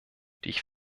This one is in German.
ich